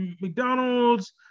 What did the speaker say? McDonald's